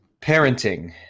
parenting